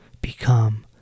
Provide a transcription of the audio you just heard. become